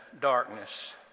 darkness